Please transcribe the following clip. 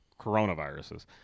coronaviruses